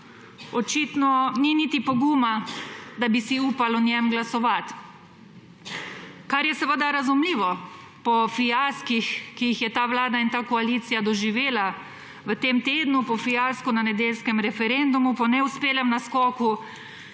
Očitno ni niti poguma, da bi si upali o njem glasovati. Kar je seveda razumljivo po fiaskih, ki sta jih ta vlada in ta koalicija doživeli v tem tednu. Po fiasku na nedeljskem referendumu, po neuspelem naskoku